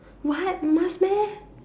what must meh